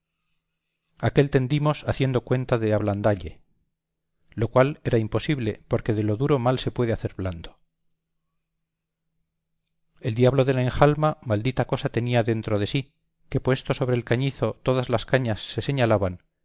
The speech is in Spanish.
aquél tendimos haciendo cuenta de ablandalle lo cual era imposible porque de lo duro mal se puede hacer blando el diablo del enjalma maldita la cosa tenía dentro de sí que puesto sobre el cañizo todas las cañas se señalaban